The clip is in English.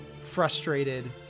frustrated